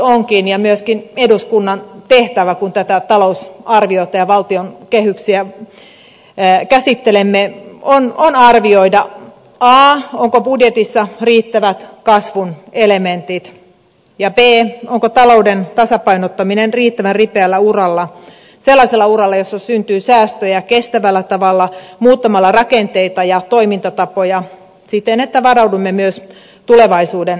ydinkysymys ja myöskin eduskunnan tehtävä kun tätä talousarviota ja valtion kehyksiä käsittelemme onkin arvioida a onko budjetissa riittävät kasvun elementit ja b onko talouden tasapainottaminen riittävän ripeällä uralla sellaisella uralla jolla syntyy säästöjä kestävällä tavalla muuttamalla rakenteita ja toimintatapoja siten että varaudumme myös tulevaisuuden haasteisiin